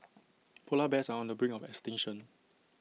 Polar Bears are on the brink of extinction